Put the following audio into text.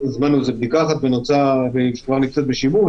הזמנו בדיקה והיא כבר נמצאת בשימוש.